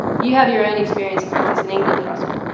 you have your own experiences with this in england russell.